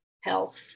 health